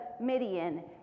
Midian